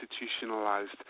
institutionalized